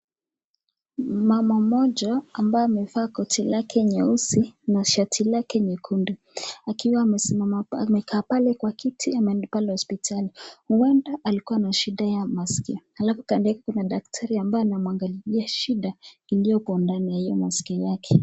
Mama mmoja ambaye amevaa koti lake nyeusi na shati lake nyekundu, akiwa amekaa pale kwa kiti akiwa ameenda hospitali. Huenda alikua na shida ya maskio, alafu kando yake kuna daktari ambaye anamwangalilia shido iliyoko ndani ya hiyo masikio yake.